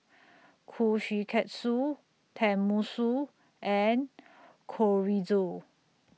Kushikatsu Tenmusu and Chorizo